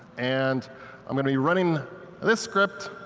and i'm going to be running this script.